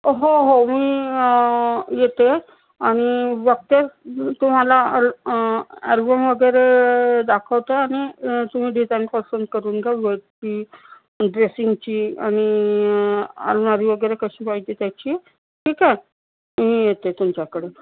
हो हो मी येते आणि बघते तुम्हाला अल अलबम वगैरे दाखवते आणि तुम्ही डिझाईन पसंत करून घ्या बेडची ड्रेसिंगची आणि अलमारी वगैरे कशी पाहिजे त्याची ठीक आहे मी येते तुमच्याकडं